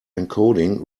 encoding